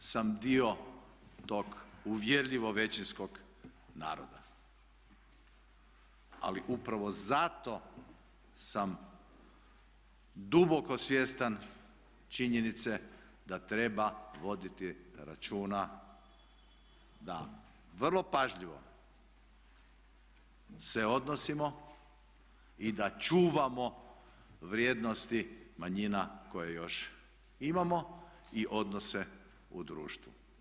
Dobro, ja osobno sam dio tog uvjerljivo većinskog naroda, ali upravo zato sam duboko svjestan činjenice da treba voditi računa da vrlo pažljivo se odnosimo i da čuvamo vrijednosti manjina koje još imamo i odnose u društvu.